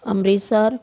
Amritsar